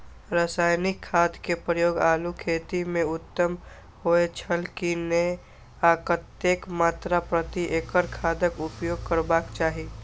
रासायनिक खाद के प्रयोग आलू खेती में उत्तम होय छल की नेय आ कतेक मात्रा प्रति एकड़ खादक उपयोग करबाक चाहि?